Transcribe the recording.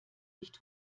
nicht